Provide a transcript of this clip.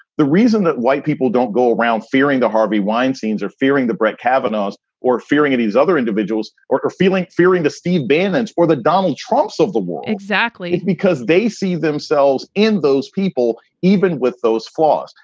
the reason that white people don't go around fearing the harvey weinstein's are fearing the brekke kavanaugh's or fearing of these other individuals or or feeling fearing the steve bannon's or the donald trump's of the war. exactly. because they see themselves in those people, even with those flaws.